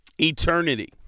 eternity